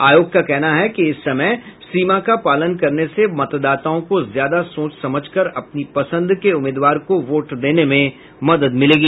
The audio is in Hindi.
आयोग का कहना है कि इस समय सीमा का पालन करने से मतदाताओं को ज्यादा सोच समझकर अपनी पसंद के उम्मीदवार को वोट देने में मदद मिलेगी